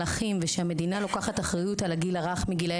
כשהמדינה לוקחת אחריות על הגיל הרך מגילאי